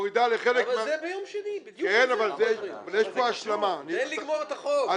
אבל זה ביום שני, תן לגמור את החוק.